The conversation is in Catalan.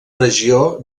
regió